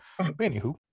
Anywho